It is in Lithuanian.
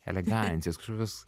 elegancijos kažkokios